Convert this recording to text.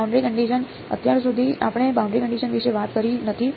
boundary condition અત્યાર સુધી આપણે બાઉન્ડરી કંડિશન વિશે વાત કરી નથી